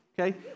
Okay